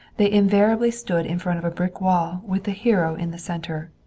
they invariably stood in front of a brick wall, with the hero in the center.